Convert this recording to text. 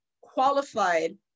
qualified